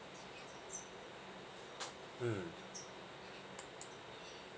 mm